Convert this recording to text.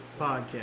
podcast